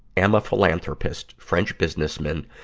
am a philanthropist, french businessman,